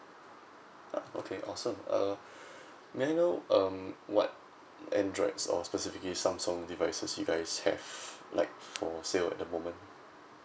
okay awesome uh may I know um what androids or specifically samsung devices you guys have like for sale at the moment